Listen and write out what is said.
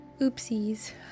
Oopsies